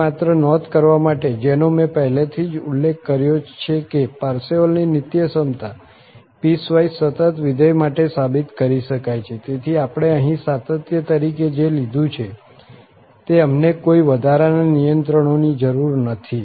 અહીં માત્ર નોંધ કરવા માટે જેનો મેં પહેલેથી જ ઉલ્લેખ કર્યો છે કે પારસેવલની નિત્યસમતા પીસવાઈસ સતત વિધેય માટે સાબિત કરી શકાય છે તેથી આપણે અહીં સાતત્ય તરીકે જે લીધું છે તે અમને કોઈ વધારાના નિયંત્રણોની જરૂર નથી